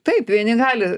taip vieni gali